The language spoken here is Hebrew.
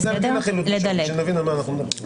תדלגי לחילוט בשווי שנבין על מה אנו מדברים.